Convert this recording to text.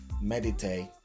meditate